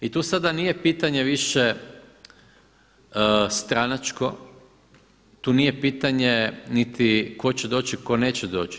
I tu sada nije pitanje više stranačko, tu nije pitanje niti tko će doći, tko neće doći.